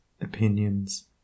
opinions